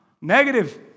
Negative